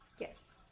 Yes